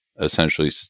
essentially